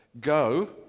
go